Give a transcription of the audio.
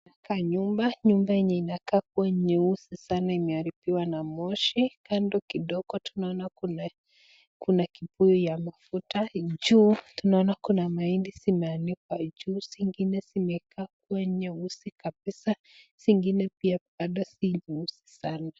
Inakaa nyumba, nyumba yenye inayokaa kuwa nyeusi sana imeharibiwa na moshi, kando kidogo tunaona kuna kibuyu ya mafuta, juu tunaona kuna mahindi zimeanikwa juu zingine zimekaa kuwa nyeusi kabisa zingine pia bado sio nyeusi sana.